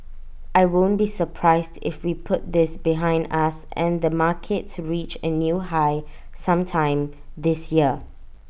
I won't be surprised if we put this behind us and the markets reach A new high sometime this year